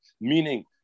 meaning